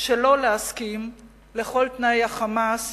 שלא להסכים לכל תנאי ה"חמאס"